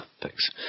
Thanks